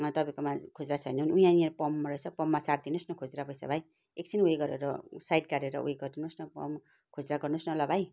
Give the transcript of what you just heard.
तपाईँकोमा खुद्रा छैन भने उयानिर पम्पमा रहेछ पम्पमा साटिदिनुहोस् न खुद्रा पैसा भाइ एकछिन उयो गरेर साइड काटेर उयो गरिदिनुहोस् न पम्पमा खुद्रा गर्नुहोस् न ल भाइ